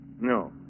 No